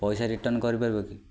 ପଇସା ରିଟର୍ନ୍ କରିପାରିବ କି